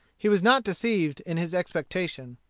he was not deceived in his expectation.